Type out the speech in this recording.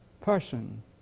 person